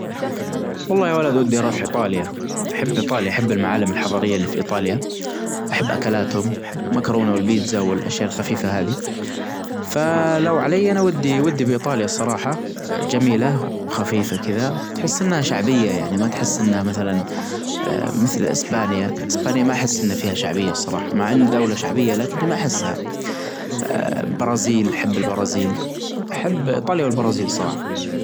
والله يا ولد ودي أروح ايطاليا أحب ايطاليا أحب المعالم الحظارية اللي في ايطاليا أحب اكلاتهم مكرونة والبيتزا والاشياء الخفيفة هذي فلو علي انا ودي ودي بايطاليا الصراحة جميلة وخفيفة كذا. تحس انها شعبية يعني ما تحس انها مثلا مثل اسبانيا اسبانيا ما أحب فيها شعبية الصراحة مع ان دولة شعبية لكني ما احسها برازيل حب البرازيل حب ايطاليا والبرازيل صراحة.